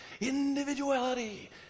individuality